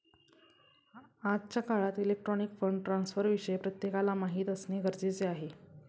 आजच्या काळात electronic fund ट्रान्स्फरविषयी प्रत्येकाला माहिती असणे गरजेचे आहे